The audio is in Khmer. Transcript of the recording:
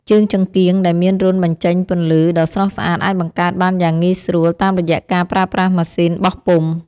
ជើងចង្កៀងដែលមានរន្ធបញ្ចេញពន្លឺដ៏ស្រស់ស្អាតអាចបង្កើតបានយ៉ាងងាយស្រួលតាមរយៈការប្រើប្រាស់ម៉ាស៊ីនបោះពុម្ព។